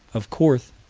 of course